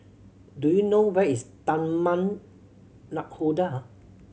do you know where is Taman Nakhoda